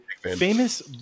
famous